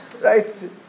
Right